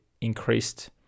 increased